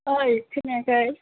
ओइ खोनायाखै